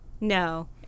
No